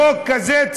החוק הזה,